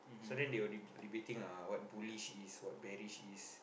so then they will de~ debating uh what bullish is what bearish is